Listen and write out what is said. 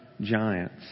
giants